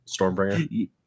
Stormbringer